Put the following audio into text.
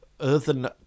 earthen